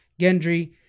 Gendry